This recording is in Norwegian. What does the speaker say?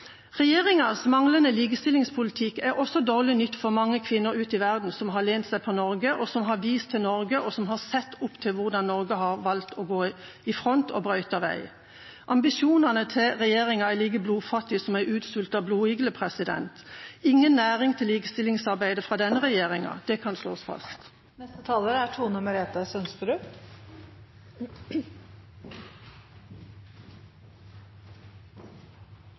Regjeringas manglende likestillingspolitikk er også dårlig nytt for mange kvinner ute i verden som har lent seg på Norge, som har vist til Norge, og som har sett opp til hvordan Norge har valgt å gå i front og brøyte vei. Ambisjonene til regjeringa er like blodfattige som en utsultet blodigle – ingen næring til likestillingsarbeidet fra denne regjeringa. Det kan slås fast.